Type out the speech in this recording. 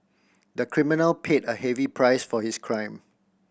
the criminal paid a heavy price for his crime